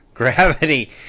Gravity